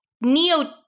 Neo-